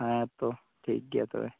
ᱦᱮᱸ ᱛᱚ ᱴᱷᱤᱠ ᱜᱮᱭᱟ ᱛᱚᱵᱮ